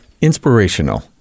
inspirational